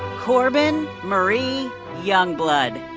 corbin marie youngblood.